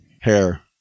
hair